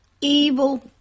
evil